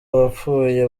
abapfuye